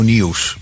Nieuws